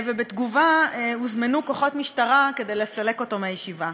ובתגובה הוזמנו כוחות משטרה כדי לסלק אותו מהישיבה.